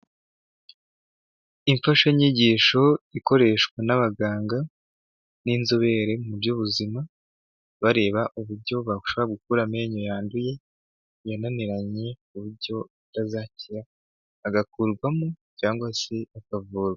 Imfashanyigisho ikoreshwa n'abaganga b'inzobere mu by'ubuzima, bareba uburyo bashobora gukura amenyo yanduye yananiranye ku buryo atazakira, agakurwamo cyangwa se akavurwa.